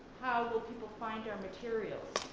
how will people find our materials?